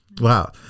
wow